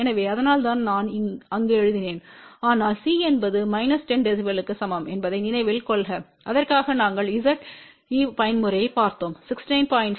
எனவே அதனால்தான் நான் அங்கு எழுதினேன் ஆனால் C என்பது மைனஸ் 10 dBக்கு சமம் என்பதை நினைவில் கொள்க அதற்காக நாங்கள் Z ஈவ் பயன்முறையைப் பார்த்தோம் 69